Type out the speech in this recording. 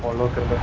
local